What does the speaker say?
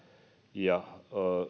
ja